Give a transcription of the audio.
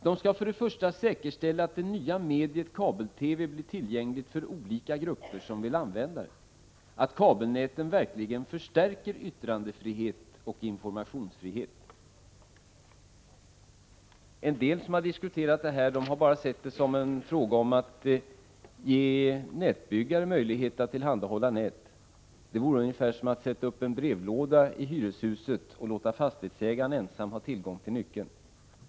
Det första huvudsyftet är att de skall säkerställa att det nya mediet kabel-TV blir tillgängligt för olika grupper som vill använda det — att kabelnäten verkligen förstärker yttrande frihet och informationsfrihet. En del av dem som har diskuterat detta har bara sett det som en fråga om att ge nätbyggare möjlighet att tillhandahålla nät. Det vore ungefär som att sätta upp en brevlåda i hyreshuset och låta fastighetsägaren ensam ha tillgång till nyckeln.